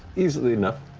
easily enough.